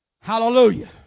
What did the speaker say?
Hallelujah